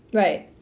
right.